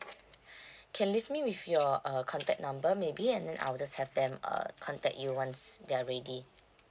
can leave me with your uh contact number maybe and then I'll just have them uh contact you once they're ready